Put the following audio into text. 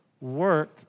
work